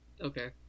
okay